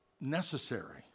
necessary